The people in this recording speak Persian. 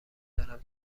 دارم